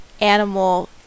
animal